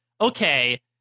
okay